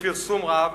לפרסום רב,